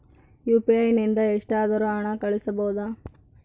UPI ನಿಂದ ಎಷ್ಟಾದರೂ ಹಣ ಕಳಿಸಬಹುದಾ?